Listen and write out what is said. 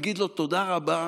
נגיד לו תודה רבה,